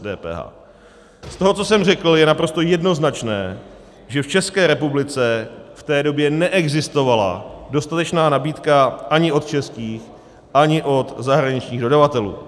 Z toho, co jsem řekl, je naprosto jednoznačné, že v České republice v té době neexistovala dostatečná nabídka ani od českých, ani od zahraničních dodavatelů.